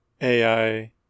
AI